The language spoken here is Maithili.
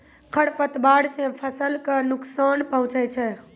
खरपतवार से फसल क नुकसान पहुँचै छै